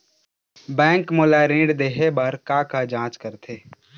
Bank मोला ऋण देहे बार का का जांच करथे?